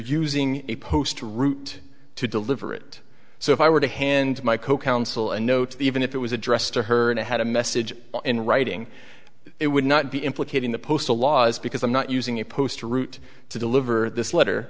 using a post route to deliver it so if i were to hand my co counsel a note even if it was addressed to her and i had a message in writing it would not be implicating the postal laws because i'm not using a post route to deliver this letter